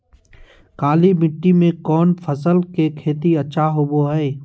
काली मिट्टी में कौन फसल के खेती अच्छा होबो है?